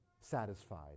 satisfied